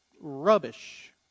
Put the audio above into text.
rubbish